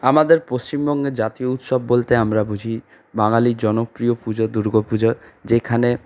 আমাদের পশ্চিমবঙ্গের জাতীয় উৎসব বলতে আমরা বুঝি বাঙালির জনপ্রিয় পুজো দুর্গাপুজো যেখানে